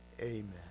amen